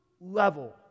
level